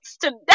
today